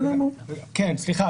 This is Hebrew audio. כן, סליחה.